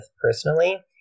personally